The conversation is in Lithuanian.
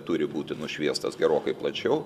turi būti nušviestas gerokai plačiau